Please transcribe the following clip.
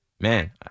Man